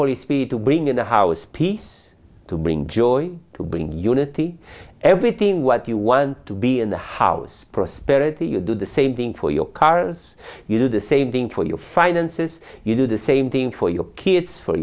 holy spirit to bring in the house peace to bring joy to bring unity everything what you want to be in the house prosperity you do the same thing for your cars you do the same thing for your finances you do the same thing for your kids for